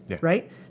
Right